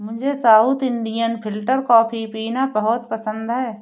मुझे south Indian filter coffee पीना बहुत पसंद है